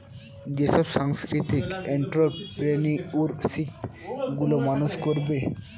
যেসব সাংস্কৃতিক এন্ট্ররপ্রেনিউরশিপ গুলো মানুষ করবে